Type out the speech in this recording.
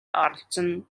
оролцоно